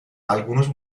algunos